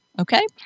okay